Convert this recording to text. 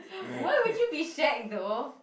why would you be shag though